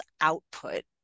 output